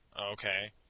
Okay